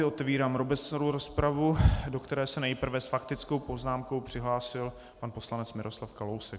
Otevírám obecnou rozpravu, do které se nejprve s faktickou poznámkou přihlásil pan poslanec Miroslav Kalousek.